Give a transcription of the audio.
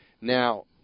Now